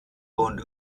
und